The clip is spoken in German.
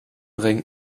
ring